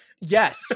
Yes